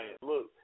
Look